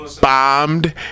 bombed